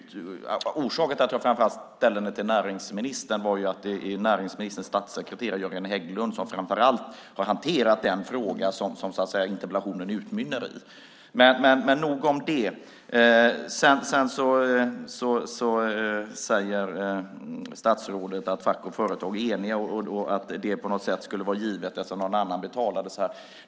Orsaken till att jag framför allt riktade mig till näringsministern var att det är näringsministerns statssekreterare Jöran Hägglund som framför allt har hanterat den fråga som interpellationen så att säga utmynnade i. Men nog om det. Statsrådet säger att fack och företag är eniga och att det på något sätt skulle vara givet, eftersom någon annan betalar.